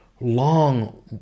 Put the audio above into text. long